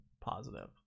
positive